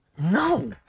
No